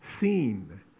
seen